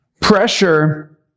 Pressure